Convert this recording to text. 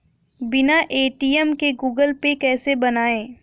बिना ए.टी.एम के Google Pay कैसे बनायें?